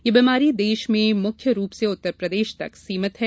यह बीमारी देश में मुख्य रूप से उत्तरप्रदेश तक सीमित है